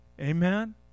Amen